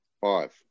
five